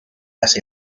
las